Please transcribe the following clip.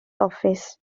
office